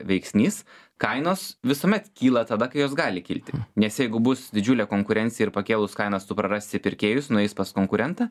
veiksnys kainos visuomet kyla tada kai jos gali kilti nes jeigu bus didžiulė konkurencija ir pakėlus kainas tu prarasi pirkėjus nueis pas konkurentą